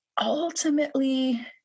ultimately